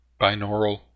Binaural